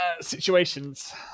situations